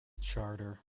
charter